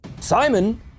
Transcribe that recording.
Simon